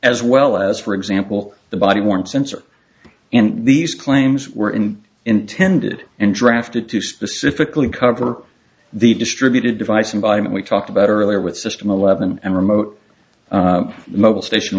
as well as for example the body warm sensor and these claims were in intended and drafted to specifically cover the distributed device environment we talked about earlier with system eleven and remote mobil station